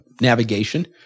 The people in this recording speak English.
navigation